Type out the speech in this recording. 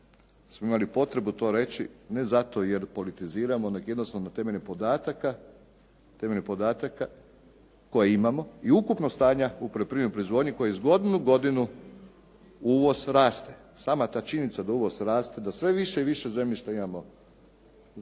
smo imali potrebu to reći ne zato jer politiziramo, nego jednostavno temeljem podataka koje imamo i ukupnog stanja u poljoprivrednoj proizvodnji koji iz godine u godinu uvoz raste. Sama ta činjenica da uvoz raste, da sve više i više zemljišta imamo u